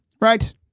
Right